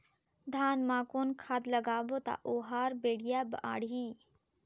धान मा कौन खाद लगाबो ता ओहार बेडिया बाणही?